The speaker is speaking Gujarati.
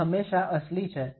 તે હંમેશા અસલી છે